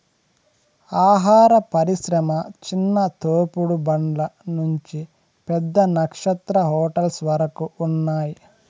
ఆహార పరిశ్రమ చిన్న తోపుడు బండ్ల నుంచి పెద్ద నక్షత్ర హోటల్స్ వరకు ఉన్నాయ్